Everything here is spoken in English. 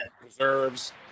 preserves